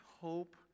hope